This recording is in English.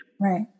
Right